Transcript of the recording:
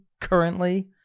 currently